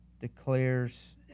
declares